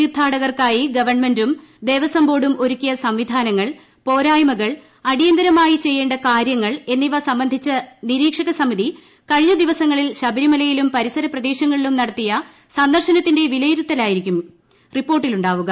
തീർത്ഥാടകർക്കൂർത്തിച്ചു ഗ്ഗവൺമെന്റും ദേവസ്വം ബോർഡും ഒരുക്കിയ ് ്സംവിധാനങ്ങൾ പോരായ്മകൾ അടിയന്തരമായി ചെയ്യേണ്ട്ട് കാര്യങ്ങൾ എന്നിവ സംബന്ധിച്ച് നിരീക്ഷക സമിതി ക്ലിക്കിഞ്ഞ ദിവസങ്ങളിൽ ശബരിമലയിലും പരിസരപ്രദേശങ്ങളിലും നടത്തിയ സന്ദർശനത്തിന്റെ വിലയിരുത്തലായിരിക്കും റിപ്പോർട്ടിലുണ്ടാവുക